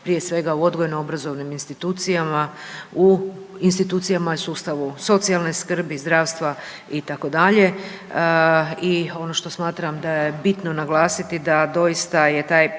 prije svega u odgojno-obrazovnim institucija, u institucijama i sustavu socijalne skrbi, zdravstva itd. I ono što smatram da je bitno naglasiti da doista je taj